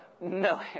No